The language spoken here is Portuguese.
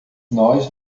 nós